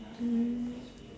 mm